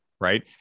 right